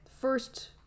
first